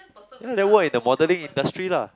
ya then work in the modelling industry lah